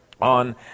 on